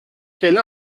quelle